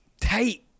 tight